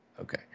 okay